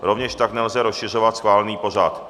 Rovněž tak nelze rozšiřovat schválený pořad.